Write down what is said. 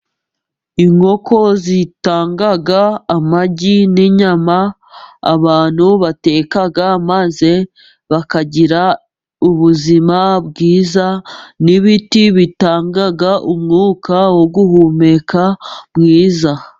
Inkoko zitanga amagi n'inyama abantu bateka maze bakagira ubuzima bwiza, n'ibiti bitanga umwuka wo guhumeka mwiza.